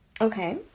Okay